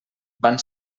van